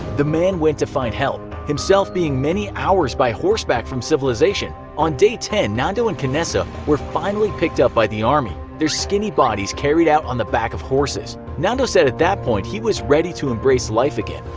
the man went to find help, himself being many hours by horseback from civilization. on day ten nando and canessa were finally picked up by the army. their skinny bodies carried out on the back of horses. nando said at that point he was ready to embrace life again.